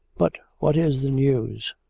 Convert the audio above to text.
but what is the news